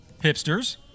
Hipsters